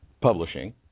Publishing